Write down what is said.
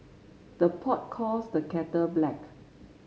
the pot calls the kettle black